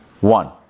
one